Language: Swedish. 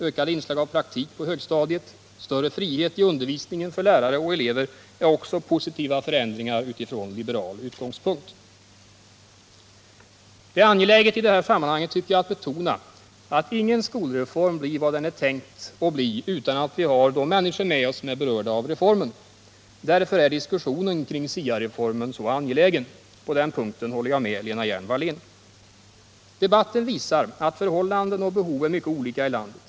Ökade inslag av praktik på högstadiet och större frihet i undervisningen för både lärare och elever är också positiva förändringar från liberal utgångspunkt. Det är angeläget att betona, tycker jag, att ingen skolreform blir vad den är tänkt att bli utan att vi har de människor med oss som är berörda av reformen. Därför är diskussionen kring SIA-reformen så angelägen. På den punkten håller jag med Lena Hjelm-Wallén, Debatten visar att förhållanden och behov är mycket olika i landet.